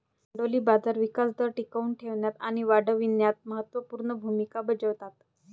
भांडवली बाजार विकास दर टिकवून ठेवण्यात आणि वाढविण्यात महत्त्व पूर्ण भूमिका बजावतात